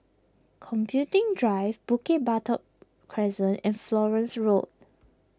Computing Drive Bukit Batok Crescent and Florence Road